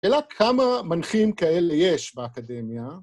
אלא כמה מנחים כאלה יש באקדמיה.